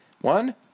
one